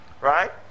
Right